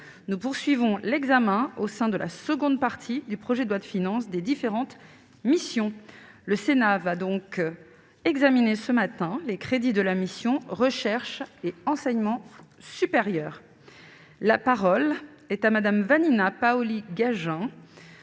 Nous poursuivons l'examen, au sein de la seconde partie du projet de loi de finances, des différentes missions. Le Sénat va examiner les crédits de la mission « Recherche et enseignement supérieur ». La parole est à Mme le rapporteur